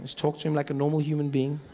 talk to him like a normal human being.